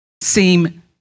seem